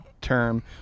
term